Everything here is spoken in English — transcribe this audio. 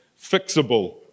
fixable